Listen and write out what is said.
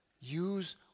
Use